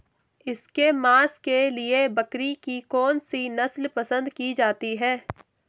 इसके मांस के लिए बकरी की कौन सी नस्ल पसंद की जाती है?